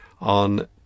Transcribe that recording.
on